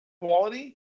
quality